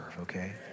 okay